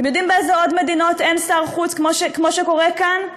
אתם יודעים באיזה עוד מדינות אין שר חוץ כמו שקורה כאן?